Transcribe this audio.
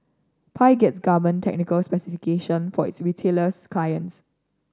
pi gets garment technical specification for its retailers clients